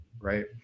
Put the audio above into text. right